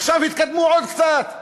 עכשיו התקדמו עוד קצת,